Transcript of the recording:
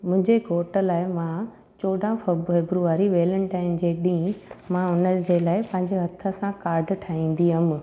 मुंहिंजे घोट लाइ मां चोॾहां फब्रु फेब्रुआरी वेलंटाइन जे ॾींहुं मां हुनजे लाइ पंहिंजे हथ सां काड ठाहींदी हुअमि